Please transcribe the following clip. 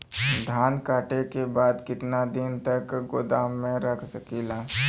धान कांटेके बाद कितना दिन तक गोदाम में रख सकीला?